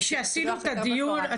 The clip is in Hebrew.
כשעשינו את הדיון,